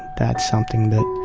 that's something that